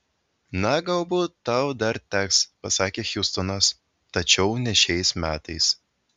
na galbūt tau dar teks pasakė hjustonas tačiau ne šiais metais